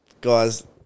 guys